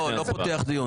לא, לא פותח דיון.